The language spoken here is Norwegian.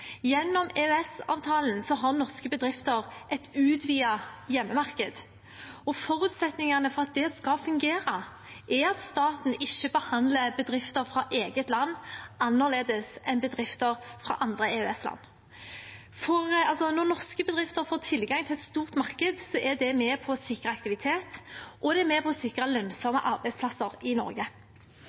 Gjennom EØS-avtalen har norske bedrifter et utvidet hjemmemarked, og forutsetningen for at det skal kunne fungere, er at staten ikke behandler bedrifter fra eget land annerledes enn bedrifter fra andre EØS-land. Når norske bedrifter får tilgang til et stort marked, er det med på å sikre aktivitet, og det er med på å sikre lønnsomme arbeidsplasser i Norge.